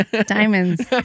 diamonds